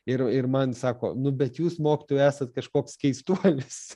ir ir man sako nu bet jūs mokytojau esat kažkoks keistuolis